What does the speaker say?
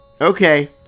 Okay